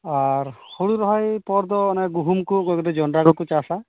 ᱟᱨ ᱦᱳᱲᱳ ᱨᱚᱦᱚᱭ ᱯᱚᱨᱫᱚ ᱜᱩᱦᱩᱢ ᱠᱚ ᱚᱠᱚᱭ ᱠᱚᱫᱚ ᱡᱚᱱᱰᱨᱟ ᱠᱚ ᱠᱚ ᱪᱟᱥᱟ